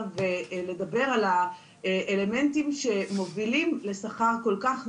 ולדבר על האלמנטים שמובילים לשכר כל כך נמוך,